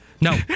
No